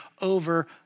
over